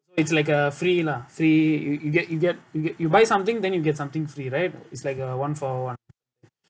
it's like a free lah free you you get you get you get you buy something then you get something free right it's like a one for one